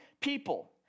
people